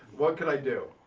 what can i do,